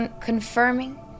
confirming